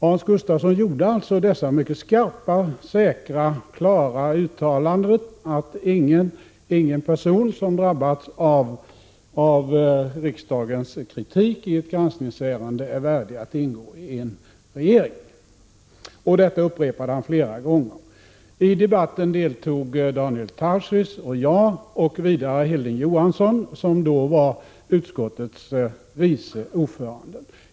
Hans Gustafsson gjorde alltså dessa mycket skarpa, säkra, klara uttalanden att ingen person som drabbats av riksdagens kritik i ett granskningsärende är värdig att ingå i en regering. Detta upprepade han flera gånger. I debatten deltog Daniel Tarschys och jag och vidare Hilding Johansson, som då var utskottets vice ordförande.